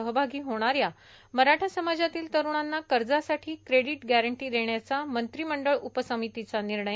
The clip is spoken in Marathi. सहभागी होणाऱ्या मराठा समाजातील तरुणांना कर्जासाठी क्रेडिट गॅरंटी देण्याचा मंत्रिमंडळ उपसमितीचा निर्णय